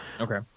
okay